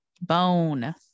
Bone